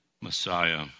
Messiah